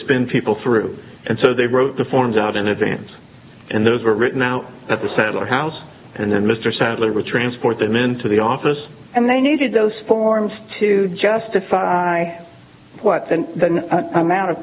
spin people through and so they wrote the forms out in advance and those were written out at the saddler house and then mr sadler transport them into the office and they needed those forms to justify what amount of